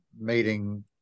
meeting